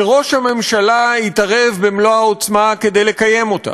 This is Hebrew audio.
שראש הממשלה התערב במלוא העוצמה כדי לקיים אותה,